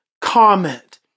comment